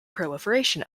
proliferation